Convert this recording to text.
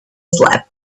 slept